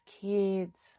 kids